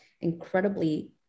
incredibly